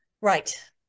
Right